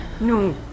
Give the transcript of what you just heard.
No